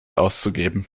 auszugeben